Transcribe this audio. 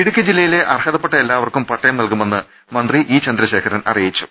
ഇടുക്കി ജില്ലയിലെ അർഹതപ്പെട്ട എല്ലാവർക്കും പട്ടയം നൽകു മെന്ന് മന്ത്രി ഇ ചന്ദ്രശേഖരൻ അറിയിച്ചു